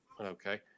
okay